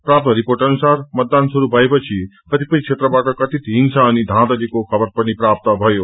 प्राप्त रिपोट अनुसार मतदान श्रुस भएपछि कतिपय क्षेत्रवाट कार्रीत हिंसा अनि यैंपलीको खबर प्राप्त भयो